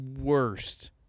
worst